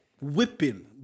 whipping